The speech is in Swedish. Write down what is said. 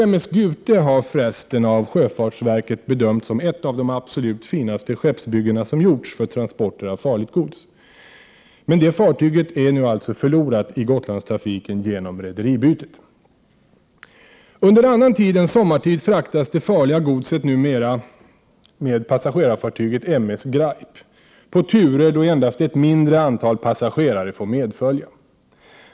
M S Graip på turer då endast ett mindre antal passagerare får medfölja.